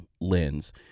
lens